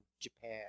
Japan